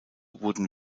wurden